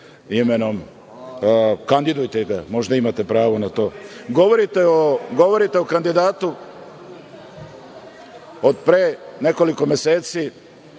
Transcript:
imenom. Kandidujte ga, možda imate pravo na to. Govorite o kandidatu od pre nekoliko meseci.